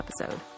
episode